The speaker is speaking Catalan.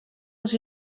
els